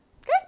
Okay